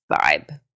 vibe